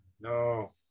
no